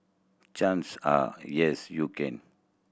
chance are yes you can